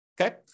Okay